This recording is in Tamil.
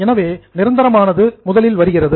எனவே பர்மனென்ட் நிரந்தரமானது முதலில் வருகிறது